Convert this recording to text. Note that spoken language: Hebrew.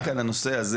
רק על הנושא הזה